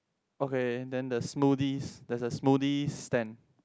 okay then the smoothies there's a smoothie stand